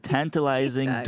Tantalizing